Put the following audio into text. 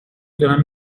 دارن